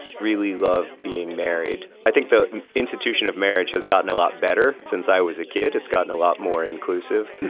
really love being married. i think the institution of marriage has gotten a lot better since i was a kid. it's gotten a lot more inclusive.